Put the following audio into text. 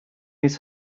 his